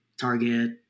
Target